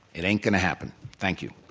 it ain't going to happen. thank you.